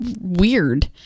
weird